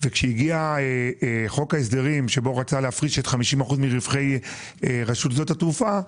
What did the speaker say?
וכשהגיע חוק ההסדרים בו רצו להפריש 50 אחוזים מרווחי רשות שדות התעופה,